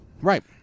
Right